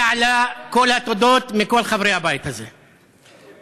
אם יש מישהי בכנסת שיש לגביה הסכמה כללית של אהבה,